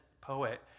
poet